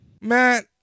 Matt